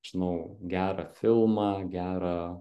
žinau gerą filmą gerą